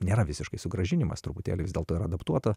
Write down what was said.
nėra visiškai sugrąžinimas truputėlį vis dėlto yra adaptuota